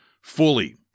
fully